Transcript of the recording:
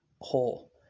hole